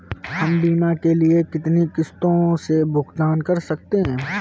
हम बीमा के लिए कितनी किश्तों में भुगतान कर सकते हैं?